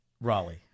Raleigh